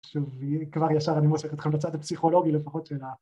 תשובי, כבר ישר אני מוסך אתכם לצד הפסיכולוגי לפחות שנה.